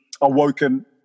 awoken